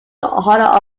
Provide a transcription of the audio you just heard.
honour